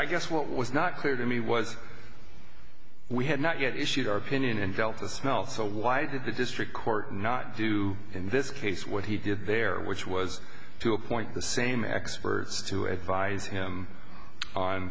i guess what was not clear to me was we had not yet issued our opinion and delta smelt so why did the district court not do in this case what he did there which was to appoint the same experts to advise him on